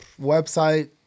website